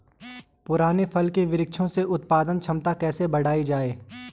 पुराने फल के वृक्षों से उत्पादन क्षमता कैसे बढ़ायी जाए?